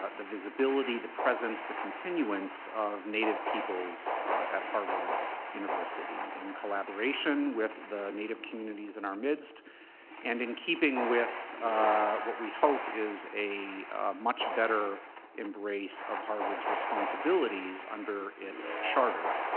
ah the visibility, the presence the continuance of native peoples at harvard university, in collaboration with the native communities in our midst and in keeping with what we hope is a much better embrace of harvard's responsibilities, under its charter,